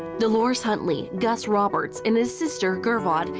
dolores huntley, gus roberts, and his sister, gurvot,